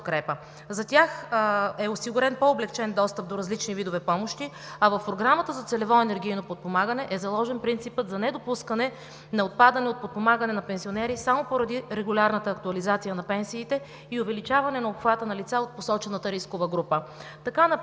За тях е осигурен по-облекчен достъп до различни видове помощи. А в Програмата за целево енергийно подпомагане е заложен принципът за недопускане на отпадане от подпомагане на пенсионери само поради регулярната актуализация на пенсиите и увеличаване на обхвата на лица от посочената рискова група.